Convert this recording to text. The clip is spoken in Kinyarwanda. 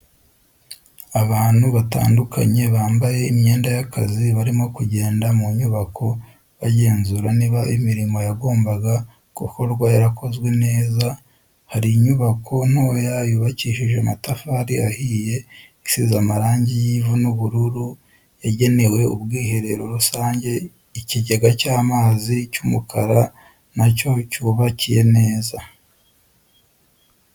Abantu batandukanye bambaye imyenda y'akazi barimo kugenda mu nyubako bagenzura niba imirimo yagombaga gukorwa yarakozwe neza, hari inyubako ntoya yubakishije amatafari ahiye isize amarangi y'ivu n'ubururu yagenewe ubwiherero rusange ikigega cy'amazi cy'umukara nacyo cyubakiye neza.